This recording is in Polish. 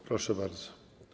Proszę bardzo.